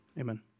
Amen